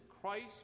Christ